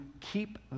keep